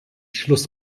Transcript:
schluss